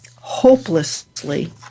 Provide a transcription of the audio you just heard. hopelessly